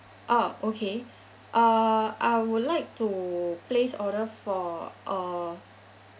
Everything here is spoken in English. ah okay uh I would like to place order for a